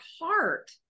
heart